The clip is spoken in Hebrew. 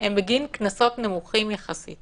הם בגין קנסות נמוכים יחסית